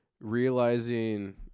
realizing